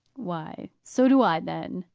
why, so do i, then,